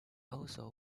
also